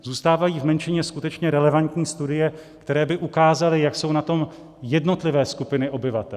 Zůstávají v menšině skutečně relevantní studie, které by ukázaly, jak jsou na tom jednotlivé skupiny obyvatel.